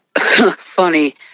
Funny